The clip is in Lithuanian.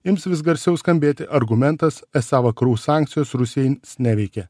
ims vis garsiau skambėti argumentas esą vakarų sankcijos rusijai neveikia